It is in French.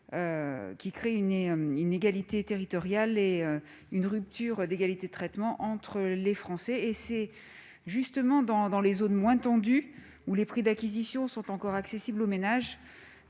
qui crée une inégalité territoriale et une rupture d'égalité de traitement entre les Français. C'est justement dans les zones moins tendues, où les prix d'acquisition sont encore accessibles aux ménages,